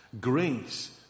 grace